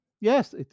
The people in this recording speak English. Yes